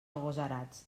agosarats